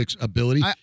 ability